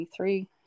23